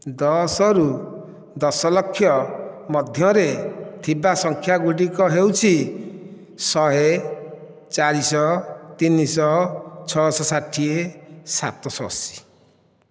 ଦଶରୁ ଦଶ ଲକ୍ଷ ମଧ୍ୟରେ ଥିବା ସଂଖ୍ୟା ଗୁଡ଼ିକ ହେଉଛି ଶହେ ଚାରିଶହ ତିନିଶହ ଛଅଶହ ଷାଠିଏ ସାତଶହ ଅଶୀ